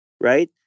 Right